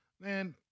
man